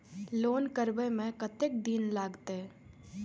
Loan करबे में कतेक दिन लागते?